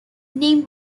named